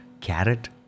carrot